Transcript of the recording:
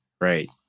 right